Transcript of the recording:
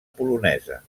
polonesa